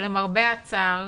שלמרבה הצער